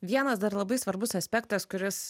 vienas dar labai svarbus aspektas kuris